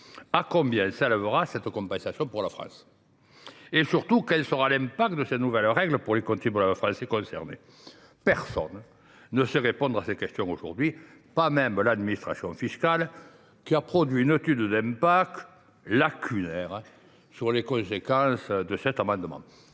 le montant de cette compensation pour la France ? Et surtout, quels seront les effets de ces nouvelles règles pour les contribuables français concernés ? Personne ne sait répondre à ces questions aujourd’hui, pas même l’administration fiscale, qui a produit une étude d’impact lacunaire sur les conséquences de cet avenant.